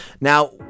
Now